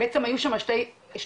בעצם היו שם שתי מסקנות.